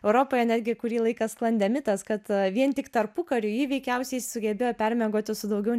europoje netgi kurį laiką sklandė mitas kad vien tik tarpukariu ji veikiausiai sugebėjo permiegoti su daugiau